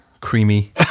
Creamy